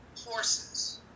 horses